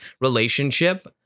relationship